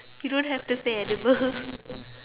you don't have to say edible